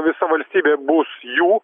visa valstybė bus jų